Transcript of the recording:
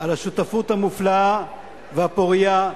על השותפות המופלאה והפורייה,